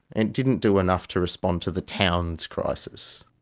and it didn't do enough to respond to the town's crisis.